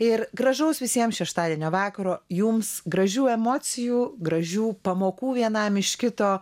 ir gražaus visiems šeštadienio vakaro jums gražių emocijų gražių pamokų vienam iš kito